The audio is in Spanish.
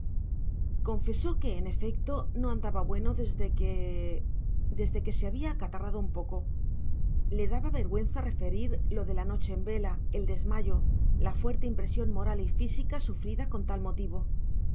confesó que en efecto no andaba bueno desde que desde que se había acatarrado un poco le daba vergüenza referir lo de la noche en vela el desmayo la fuerte impresión moral y física sufrida con tal motivo